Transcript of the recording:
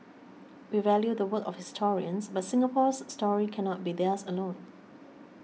we value the work of historians but Singapore's story cannot be theirs alone